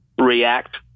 react